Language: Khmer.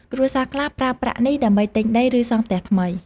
គ្រួសារខ្លះប្រើប្រាក់នេះដើម្បីទិញដី ឬសង់ផ្ទះថ្មី។